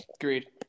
Agreed